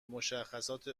مشخصات